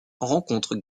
rencontrent